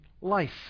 life